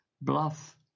bluff